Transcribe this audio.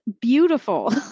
beautiful